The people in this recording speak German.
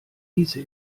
hieße